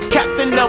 Captain